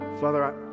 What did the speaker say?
Father